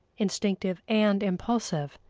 instinctive and impulsive,